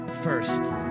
first